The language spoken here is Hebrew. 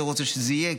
אני רוצה שזה יהיה,